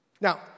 Now